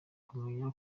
kumenya